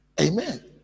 amen